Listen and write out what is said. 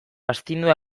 astindua